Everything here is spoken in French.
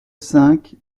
cinq